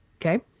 Okay